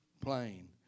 plain